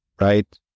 right